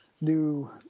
new